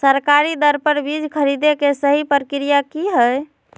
सरकारी दर पर बीज खरीदें के सही प्रक्रिया की हय?